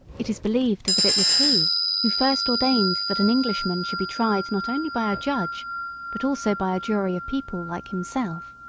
it is believed that it was he who first ordained that an englishman should be tried not only by a judge but also by a jury of people like himself.